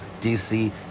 DC